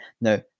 no